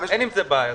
אין עם זה בעיה.